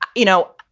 you know,